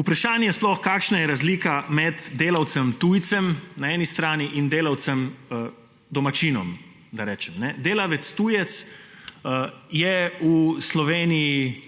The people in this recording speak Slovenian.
vprašanje, kakšna je razlika med delavcem tujcem na eni strani in delavcem domačinom, da rečem. Delavec tujec v Sloveniji